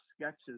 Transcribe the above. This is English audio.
sketches